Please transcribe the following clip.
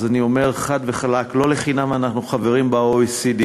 אז אני אומר חד וחלק: לא לחינם אנחנו חברים ב-OECD.